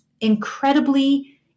incredibly